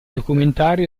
documentario